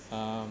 um